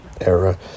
era